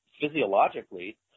physiologically